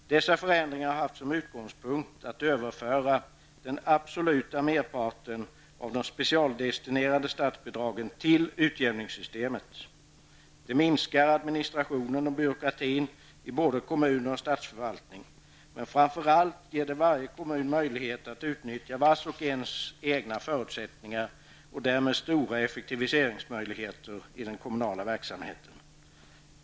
Dessa förändringar har haft som utgångspunkt att överföra den absoluta merparten av de specialdestinerade statsbidragen till utjämningssystemet. Det minskar administrationen och byråkratin i både kommuner och statsförvaltning, men framför allt ger det varje kommun möjlighet att utnyttja vars och ens egna förutsättningar. Därmed uppstår stora effektiviseringsmöjligheter i den kommunala verksamheten.